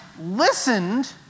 listened